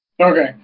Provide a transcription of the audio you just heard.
Okay